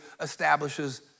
establishes